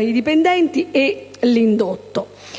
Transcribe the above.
i dipendenti e l'indotto.